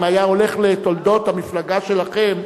אם היה הולך לתולדות המפלגה שלכם,